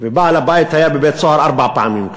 ובעל-הבית היה בבית-הסוהר כבר ארבע פעמים,